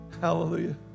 Hallelujah